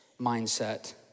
mindset